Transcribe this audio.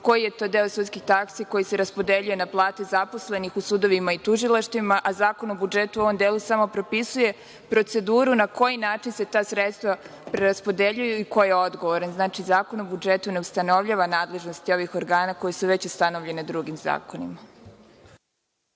koji je to deo sudskih taksi koji se raspodeljuje na plate zaposlenih u sudovima i tužilaštvima, a Zakon o budžetu u ovom delu samo propisuje proceduru na koji način se ta sredstva preraspodeljuju i ko je odgovoran. Znači, Zakon o budžetu ne ustanovljava nadležnost ovih organa koje su već ustanovljene drugim zakonima.(Zoran